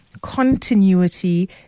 continuity